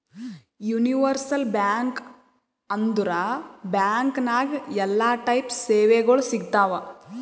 universal bank ಅಂದುರ್ bank ನಾಗ್ ಎಲ್ಲಾ ಟೈಪ್ ಸೇವೆಗೊಳ್ ಸಿಗ್ತಾವ್